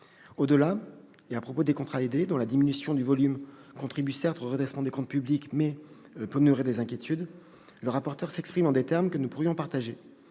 Au-delà, à propos des contrats aidés, dont la diminution du volume contribue certes au redressement de nos comptes publics mais peut nourrir des inquiétudes, le rapporteur spécial s'exprime en des termes que nous pourrions partager